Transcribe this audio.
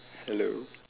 hello